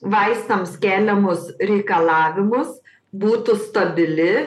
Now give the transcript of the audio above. vaistams keliamus reikalavimus būtų stabili